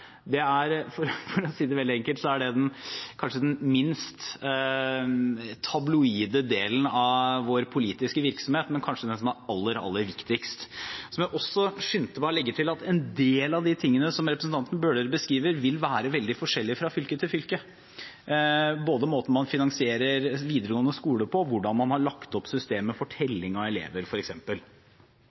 er – for å si det veldig enkelt – kanskje den minst tabloide delen av vår politiske virksomhet, men kanskje den som er aller, aller viktigst. Så må jeg også skynde meg å legge til at en del av det som representanten Bøhler beskriver, vil være veldig forskjellig fra fylke til fylke, både måten man finansierer videregående skole på, og hvordan man har lagt opp systemet for telling av elever,